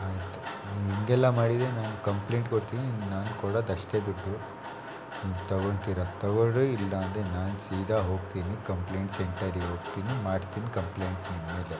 ಆಯಿತು ನೀವು ಹೀಗೆಲ್ಲ ಮಾಡಿದರೆ ನಾನು ಕಂಪ್ಲೇಂಟ್ ಕೊಡ್ತೀನಿ ನಾನು ಕೊಡೋದಷ್ಟೇ ದುಡ್ಡು ನೀವು ತಗೊಳ್ತೀರ ತಗೊಳ್ಳಿರಿ ಇಲ್ಲಾಂದರೆ ನಾನು ಸೀದಾ ಹೋಗ್ತೀನಿ ಕಂಪ್ಲೇಂಟ್ ಸೆಂಟರಿಗೆ ಹೋಗ್ತೀನಿ ಮಾಡ್ತೀನಿ ಕಂಪ್ಲೇಂಟ್ ನಿಮ್ಮ ಮೇಲೆ